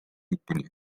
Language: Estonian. lõpuni